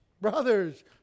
brothers